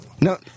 No